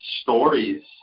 stories